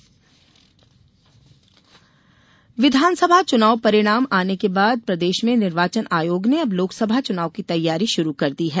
निर्वाचन नामावली विधानसभा चुनाव परिणाम आने के बाद प्रदेश में निर्वाचन आयोग ने अब लोकसभा चुनाव की तैयारी शुरू कर दी है